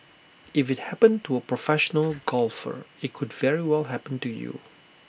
if IT happened to A professional golfer IT could very well happen to you